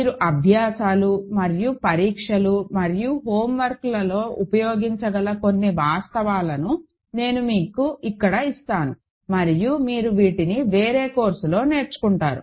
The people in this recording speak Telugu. మీరు అభ్యాసాలు మరియు పరీక్షలు మరియు హోంవర్క్లలో ఉపయోగించగల కొన్ని వాస్తవాలను నేను మీకు ఇక్కడ ఇస్తాను మరియు మీరు వీటిని వేరే కోర్సులో నేర్చుకుంటారు